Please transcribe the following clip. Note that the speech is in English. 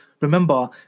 remember